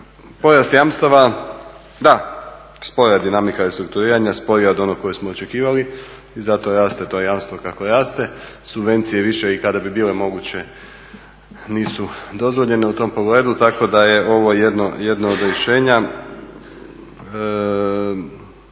Porast jamstava, da spora dinamika je restrukturiranja, sporija od onog kojeg smo očekivali i zato raste to jamstvo kako raste, subvencije više i kada bi bile moguće nisu dozvoljene u tom pogledu, tako da je ovo jedno od rješenja.